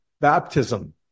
baptism